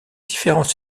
différents